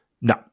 no